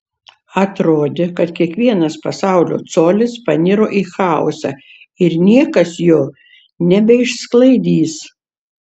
atrodė kad kiekvienas pasaulio colis paniro į chaosą ir niekas jo nebeišsklaidys